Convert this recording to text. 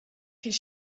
his